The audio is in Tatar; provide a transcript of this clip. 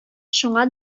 шуңа